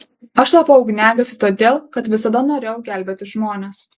aš tapau ugniagesiu todėl kad visada norėjau gelbėti žmones